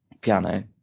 piano